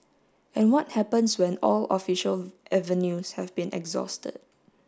and what happens when all official avenues have been exhausted